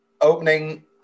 Opening